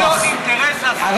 לא, אין לו אינטרס, כנראה